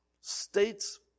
states